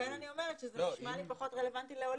לכן אני אומרת שזה נשמע לי פחות רלוונטי לעולים,